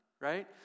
right